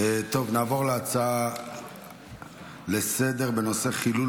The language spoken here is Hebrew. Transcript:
נעבור להצעה לסדר-היום בנושא: חילול